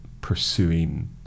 pursuing